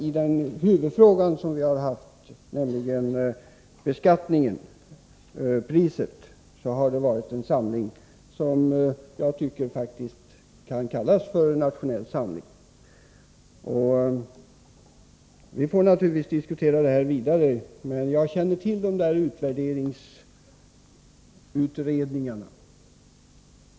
I huvudfrågan, nämligen beskattningen, dvs. priset, har det rått en enighet som jag tycker kan kallas för nationell samling. Vi får naturligtvis diskutera vidare, men jag känner till de där utvärderingarna.